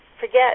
forget